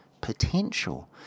potential